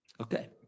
Okay